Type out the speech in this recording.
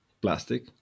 plastic